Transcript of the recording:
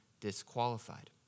disqualified